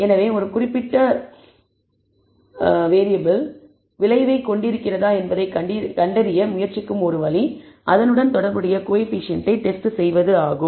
எனவே ஒரு குறிப்பிட்ட இண்டிபெண்டன்ட் வேறியபிள் ஒரு விளைவைக் கொண்டிருக்கிறதா என்பதைக் கண்டறிய முயற்சிக்கும் ஒரு வழி அதனுடன் தொடர்புடைய கோஎஃபீஷியேன்ட்டை டெஸ்ட் செய்வது ஆகும்